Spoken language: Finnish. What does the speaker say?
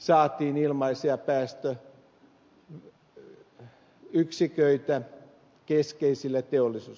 saatiin ilmaisia päästöyksiköitä keskeisille teollisuusaloille